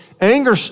anger